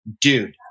dude